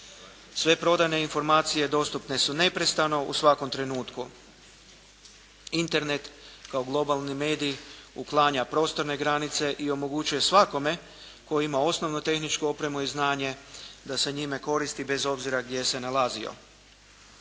Sve prodajne informacije dostupne su neprestano u svakom trenutku. Internet kao globalni medij uklanja prostorne granice i omogućuje svakome tko ima osnovnu tehničku opremu i znanje da se njime koristi bez obzira gdje se nalazio.